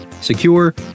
secure